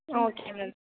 okay ma'am